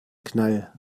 knall